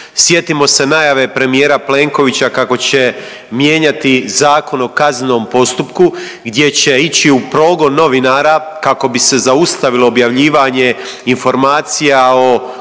Sjetimo se najave premijera Plenkovića kako će mijenjati Zakon o kaznenom postupku gdje će ići u progon novinara kako bi se zaustavilo objavljivanje informacija o,